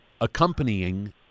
accompanying